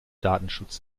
datenschutz